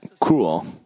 cruel